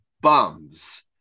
bums